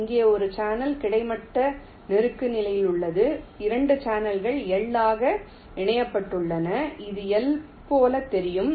இங்கே ஒரு சேனல் கிடைமட்ட நோக்குநிலை உள்ளது 2 சேனல்கள் L ஆக இணைக்கப்பட்டுள்ளன இது L போல் தெரிகிறது